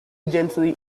gently